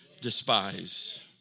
despise